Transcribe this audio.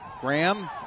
Graham